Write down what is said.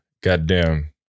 goddamn